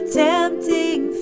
tempting